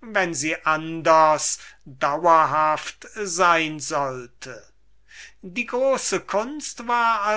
wenn sie anders dauerhaft sein sollte die große kunst war